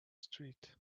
street